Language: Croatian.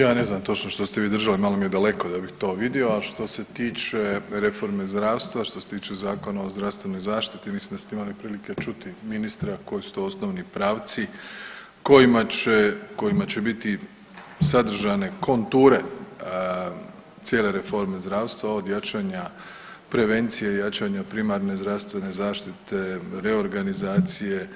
Ja ne znam točno što ste vi držali, malo mi je daleko da bih to vidio, a što se tiče reforme zdravstva i što se tiče Zakona o zdravstvenoj zaštiti mislim da ste imali prilike čuti ministra koji su to osnovni pravci kojima će, u kojima će biti sadržane konture cijele reforme zdravstva od jačanja prevencije, jačanja primarne zdravstvene zaštite, reorganizacije,